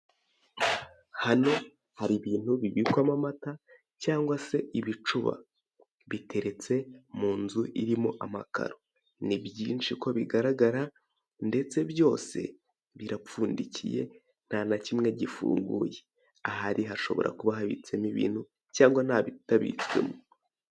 Hano hari ibintu bibikwamo amata cyangwa se ibicuba biteretse mu nzu irimo amakaro, ni byinshi uko bigaragara ndetse byose birapfundikiye nta kimwe gifunguye, ahari hashobora kuba habitsemo ibintu cyangwa nta bitabitsemo.